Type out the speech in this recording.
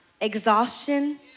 exhaustion